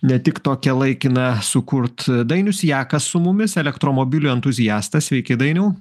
ne tik tokią laikiną sukurt dainius jakas su mumis elektromobilių entuziastas sveiki dainiau